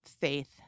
faith